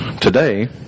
today